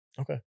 Okay